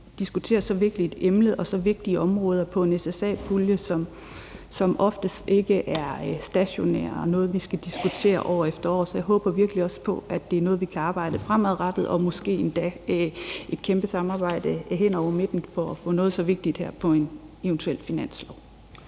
diskuterer så vigtigt et emne og så vigtige områder på en SSA-pulje, som oftest ikke er stationær, men noget, vi skal diskutere år efter år. Så jeg håber virkelig også på, at det er noget, vi kan arbejde med fremadrettet og måske endda i et kæmpe samarbejde hen over midten for at få noget så vigtigt som det her på en eventuel finanslov.